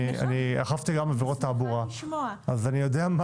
אכפתי גם עבירות תעבורה כך שאני יודע מה